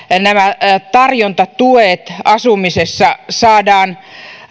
nämä tarjontatuet asumisessa saadaan